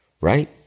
Right